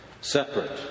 separate